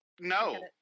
no